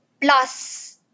plus